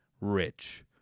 rich